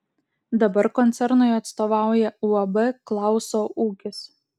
dabar koncernui atstovauja uab klauso ūkis